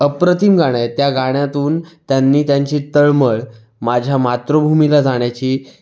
अप्रतिम गाणं आहे त्या गाण्यातून त्यांनी त्यांची तळमळ माझ्या मातृभूमीला जाण्याची